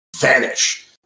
vanish